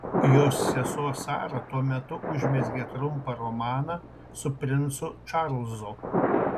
jos sesuo sara tuo metu užmezgė trumpą romaną su princu čarlzu